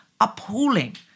appalling